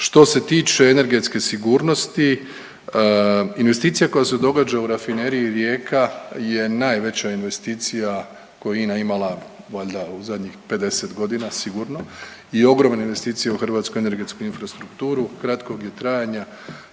Što se tiče energetske sigurnosti, investicija koja se događa u rafineriji Rijeka je najveća investicija koju je INA imala, valjda u zadnjih 50 godina sigurno i ogromna investicije u hrvatsku energetsku infrastrukturu kratkog je trajanja,